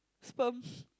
sperms